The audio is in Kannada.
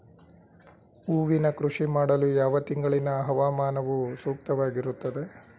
ಹೂವಿನ ಕೃಷಿ ಮಾಡಲು ಯಾವ ತಿಂಗಳಿನ ಹವಾಮಾನವು ಸೂಕ್ತವಾಗಿರುತ್ತದೆ?